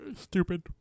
stupid